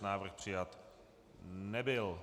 Návrh přijat nebyl.